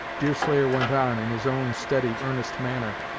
deerslayer went on, in his own steady, earnest manner,